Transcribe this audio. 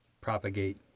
propagate